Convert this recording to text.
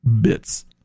Bits